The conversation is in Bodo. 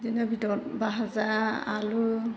बेदिनो बेदर भाजा आलु